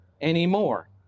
anymore